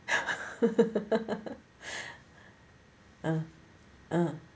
uh uh